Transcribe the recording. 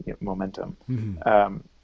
momentum